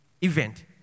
event